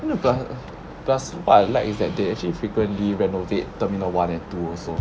no but plus what I like is that they actually frequently renovate terminal one and two also